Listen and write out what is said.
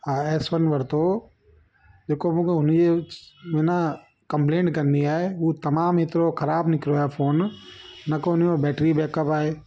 हा S one वरितो हो जेको मूंखे उनीय सि में न कम्पलेनट करणी आहे हू तमामु एतिरो ख़राबु निकिरियो आहे फ़ोन न को उन जो बैटिरी बैकअप आहे